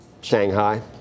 Shanghai